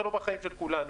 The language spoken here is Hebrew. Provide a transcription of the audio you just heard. ולא בחיים של כולנו.